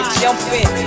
jumping